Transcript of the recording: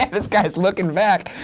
and this guy is looking back.